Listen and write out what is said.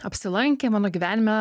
apsilankė mano gyvenime